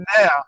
now